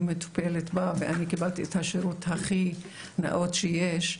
מטופלת בה ואני קיבלתי את השירות הכי נאות שיש,